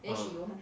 ah